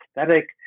aesthetic